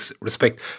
respect